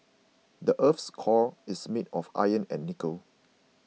the earth's core is made of iron and nickel